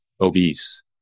obese